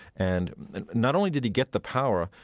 and not only did he get the power,